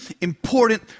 important